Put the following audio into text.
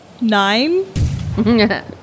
Nine